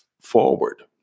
forward